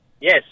yes